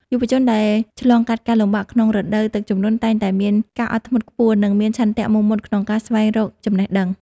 យុវជនដែលឆ្លងកាត់ការលំបាកក្នុងរដូវទឹកជំនន់ តែងតែមានការអត់ធ្មត់ខ្ពស់ និង មានឆន្ទៈមោះមុតក្នុងការស្វែងរកចំណេះដឹង។